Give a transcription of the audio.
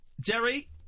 Jerry